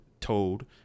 told